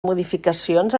modificacions